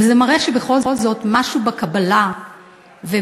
וזה מראה שבכל זאת משהו בקבלה ובהכלה